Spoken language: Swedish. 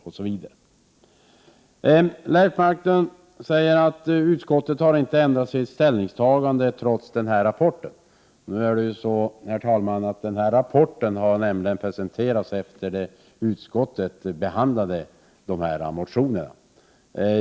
Leif Marklund säger att utskottet inte har ändrat sitt ställningstagande trots denna rapport. Men rapporten presenterades sedan utskottet hade behandlat dessa motioner.